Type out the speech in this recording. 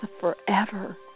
forever